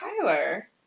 Tyler